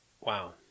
wow